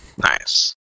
Nice